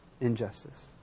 injustice